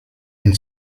ein